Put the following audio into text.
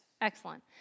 Excellent